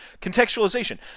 Contextualization